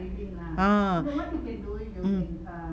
ah